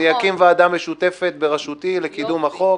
אקים ועדה משותפת בראשותי לקידום החוק